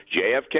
JFK